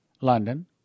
London